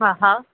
हा हा